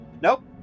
Nope